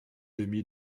demie